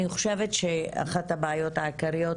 אני חושבת שאחת הבעיות העיקריות,